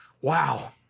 wow